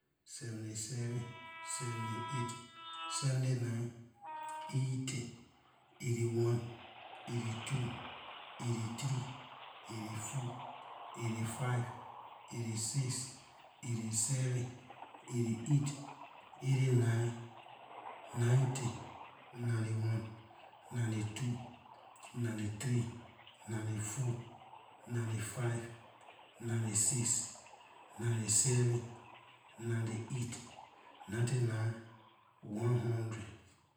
sixty-seven, sixty-eight, sixty-nine, seventy, seventy-one, seventy-two, seventy-three, seventy-four, seventy-five, seventy-six, seventy-seven, seventy-eight, seventy-nine, eighty, eighty-one, eighty-two, eighty-three eighty-four eighty-five eighty-six eighty-seven eighty-eight eighty-nine, ninety, ninety-one, ninety-two, ninety-three, ninety-four, ninety-five, ninety-six, ninety-seven, ninety-eight, ninety-nine, one hundred.